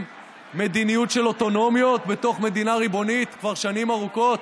מדיניות של אוטונומיות בתוך מדינה ריבונית כבר שנים ארוכות?